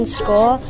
school